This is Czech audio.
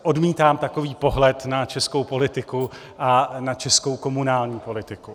Odmítám takový pohled na českou politiku a na českou komunální politiku.